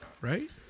right